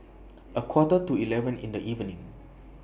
A Quarter to eleven in The evening